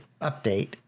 update